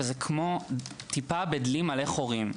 וזה כמו טיפה בדלי מלא חורים.